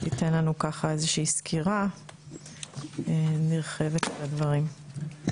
תיתן לנו איזושהי סקירה נרחבת על הדברים.